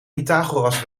pythagoras